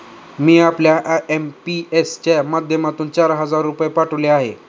मी आपल्याला आय.एम.पी.एस च्या माध्यमातून चार हजार रुपये पाठवले आहेत